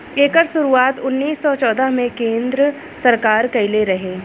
एकर शुरुआत उन्नीस सौ चौदह मे केन्द्र सरकार कइले रहे